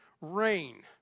rain